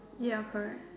ya correct